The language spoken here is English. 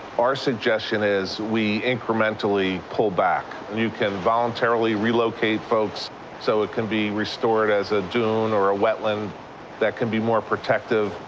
our suggestion is we incrementally pull back. you can voluntarily relocate folks so it can be restored as a dune or a wetland that can be more protective.